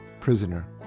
Prisoner